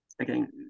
again